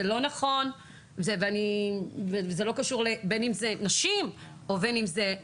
זה לא נכון, בין אם זה עם נשים או עם גברים.